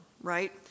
right